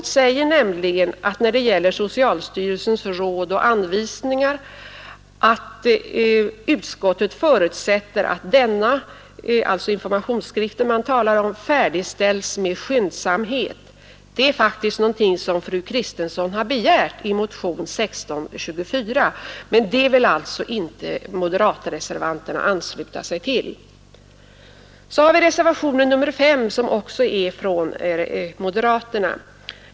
När det gäller socialstyrelsens ”Råd och anvisningar” i dessa frågor säger nämligen utskottet följande: ”Utskottet förutsätter att denna” — informationsskriften — ”färdigställs med skyndsamhet.” Det är faktiskt något som fru Kristensson har begärt i sin motion 1624. Men det kravet vill alltså inte moderatreservanterna ansluta sig till. Även reservationen 5 är en moderat reservation.